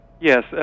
yes